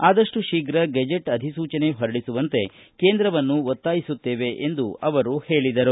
ಆದಪ್ಟು ಶೀಘ್ ಗೆಜೆಟ್ ಅಧಿಸೂಚನೆ ಹೊರಡಿಸುವಂತೆ ಕೇಂದ್ರವನ್ನು ಒತ್ತಾಯಿಸುತ್ತೇವೆ ಎಂದು ಅವರು ಹೇಳಿದರು